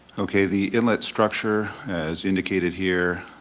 okay, the inlet structure, as indicated here,